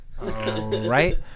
Right